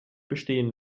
bestehen